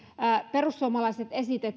perussuomalaiset